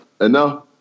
enough